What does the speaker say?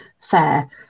fair